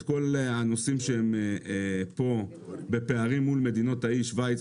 את כל הנושאים שהם פה בפערים מול מדינות האי שוויץ,